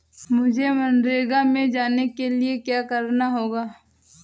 मुझे मनरेगा में जाने के लिए क्या करना होगा?